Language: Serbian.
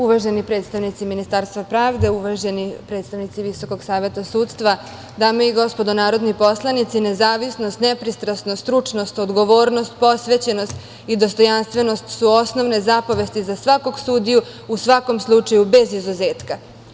Uvaženi predstavnici Ministarstva pravde, uvaženi predstavnici Visokog saveta sudstva, dame i gospodo narodni poslanici, nezavisnost, nepristrasnost, stručnost, odgovornost, posvećenost i dostojanstvenost su osnovne zapovesti za svakog sudiju, u svakom slučaju, bez izuzetka.